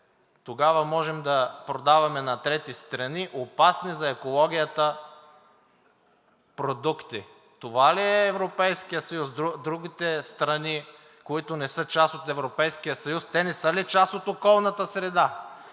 Тогава можем да продаваме на трети страни опасни за екологията продукти. Това ли е Европейският съюз? Другите страни, които не са част от Европейския съюз, те не са ли част от околната среда?